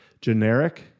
generic